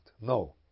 No